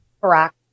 correct